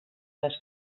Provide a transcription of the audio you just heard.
les